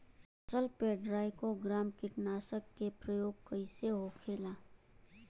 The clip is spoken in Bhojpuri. फसल पे ट्राइको ग्राम कीटनाशक के प्रयोग कइसे होखेला?